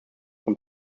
from